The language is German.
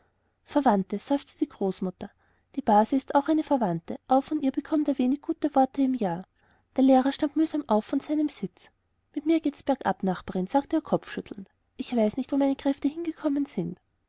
seufzte die großmutter die base ist auch eine verwandte von ihr bekommt er wenig gute worte im jahr der lehrer stand mühsam auf von seinem sitz mit mir geht's bergab nachbarin sagte er kopfschüttelnd ich weiß nicht wo meine kräfte hingekommen sind